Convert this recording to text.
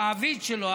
המעביד שלו,